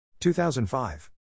2005